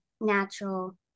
natural